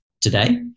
today